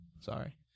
Sorry